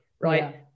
right